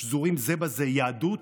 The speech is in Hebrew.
שזורים זה בזה: יהדות,